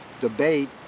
debate